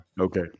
Okay